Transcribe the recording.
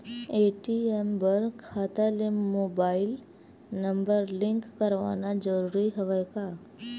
ATM बर खाता ले मुबाइल नम्बर लिंक करवाना ज़रूरी हवय का?